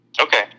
Okay